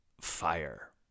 fire